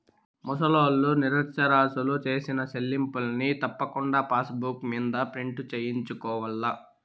ముసలోల్లు, నిరచ్చరాసులు సేసిన సెల్లింపుల్ని తప్పకుండా పాసుబుక్ మింద ప్రింటు సేయించుకోవాల్ల